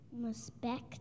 respect